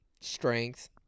strength